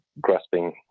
grasping